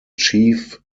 chief